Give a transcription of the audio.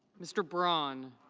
mr. braun.